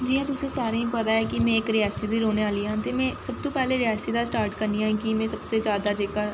जि'यां तुसें सारें गी पता ऐ कि में इक रियासी दी रौह्ने आह्ली आं ते में सब तों पैह्लें रियासी दा स्टार्ट करनी आं के में सब तों जैदा जेह्का